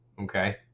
okay